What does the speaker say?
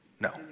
No